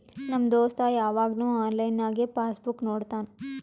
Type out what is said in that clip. ನಮ್ ದೋಸ್ತ ಯವಾಗ್ನು ಆನ್ಲೈನ್ನಾಗೆ ಪಾಸ್ ಬುಕ್ ನೋಡ್ತಾನ